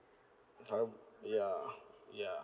tai~ ya ya